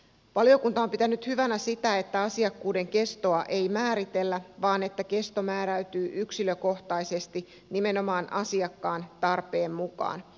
valiokunta on pitänyt hyvänä sitä että asiakkuuden kestoa ei määritellä vaan kesto määräytyy yksilökohtaisesti nimenomaan asiakkaan tarpeen mukaan